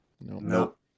Nope